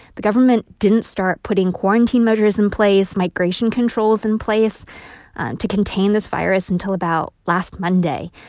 the government didn't start putting quarantine measures in place, migration controls in place to contain this virus until about last monday.